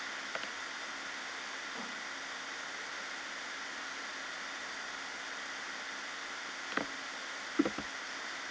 en